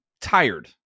tired